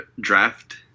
draft